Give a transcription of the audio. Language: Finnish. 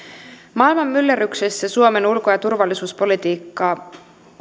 maailman myllerryksessä suomen ulko ja turvallisuuspolitiikkaa